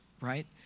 right